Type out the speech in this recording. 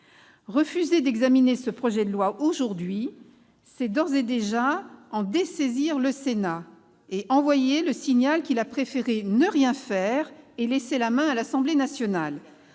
Refuser d'examiner ce projet de loi aujourd'hui, c'est d'ores et déjà en dessaisir le Sénat et envoyer le signal qu'il a préféré ne rien faire et laisser la main à l'Assemblée nationale.